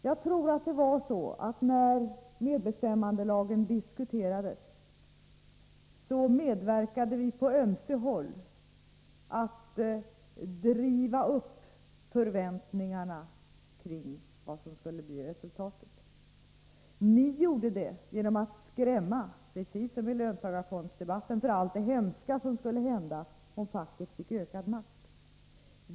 Jag tror att det var så, att när medbestämmandelagen diskuterades, medverkade vi på ömse håll till att driva upp förväntningarna kring vad som skulle bli resultatet. Ni gjorde det genom att skrämma, precis som i löntagarfondsdebatten, för allt det hemska som skulle hända om facket fick ökad makt.